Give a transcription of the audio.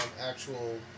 actual